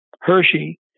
Hershey